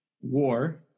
War